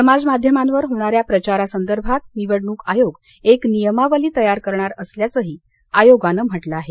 समाज माध्यमांवर होणाऱ्या प्रचारासंदर्भात निवडणूक आयोग एक नियमावली तयार करणार असल्याचंही आयोगानं म्हटलं आहे